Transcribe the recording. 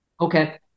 Okay